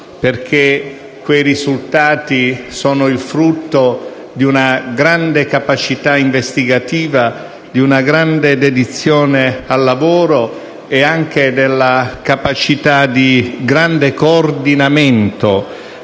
perché quei risultati sono il frutto di una grande capacità investigativa, di una grande dedizione al lavoro e anche della capacità di grande coordinamento